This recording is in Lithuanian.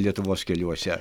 lietuvos keliuose